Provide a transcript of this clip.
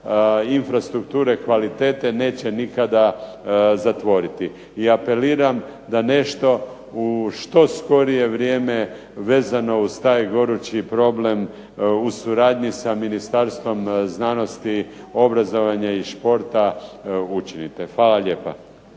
infrastrukture kvalitete neće nikada zatvoriti. I apeliram da nešto u što skorije vrijeme, vezano uz taj gorući problem, u suradnji sa Ministarstvom znanosti, obrazovanja i športa učinite. Hvala lijepa.